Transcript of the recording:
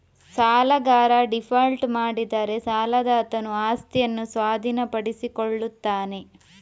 ಸಾಲಗಾರ ಡೀಫಾಲ್ಟ್ ಮಾಡಿದರೆ ಸಾಲದಾತನು ಆಸ್ತಿಯನ್ನು ಸ್ವಾಧೀನಪಡಿಸಿಕೊಳ್ಳುತ್ತಾನೆ